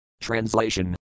Translation